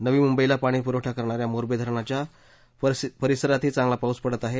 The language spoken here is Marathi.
नवी मुंबईला पाणी पुरवठा करणा या मोरबे धरणाच्या परिसरातही चांगला पाऊस पडत आहे